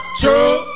true